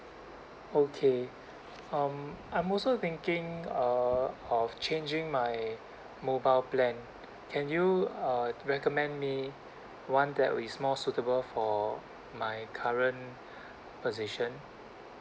okay um I'm also thinking uh of changing my mobile plan can you uh recommend me one that is more suitable for my current position